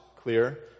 clear